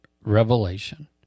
revelation